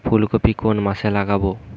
ফুলকপি কোন মাসে লাগাবো?